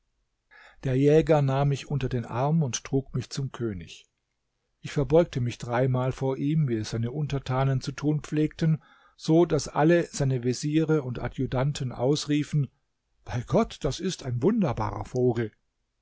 der jäger nahm mich unter den arm und trug mich zum könig ich verbeugte mich dreimal vor ihm wie es seine untertanen zu tun pflegten so daß alle seine veziere und adjutanten ausriefen bei gott das ist ein wunderbarer vogel